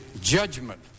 judgment